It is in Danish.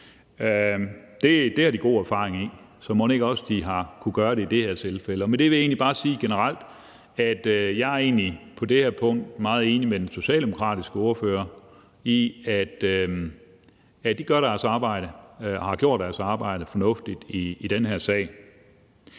Det har de god erfaring i, så mon ikke også de har kunnet gøre det i det her tilfælde. Med det vil jeg egentlig bare sige, at jeg på det her punkt er meget enig med den socialdemokratiske ordfører i, at de gør deres arbejde og har gjort deres arbejde fornuftigt i den her sag.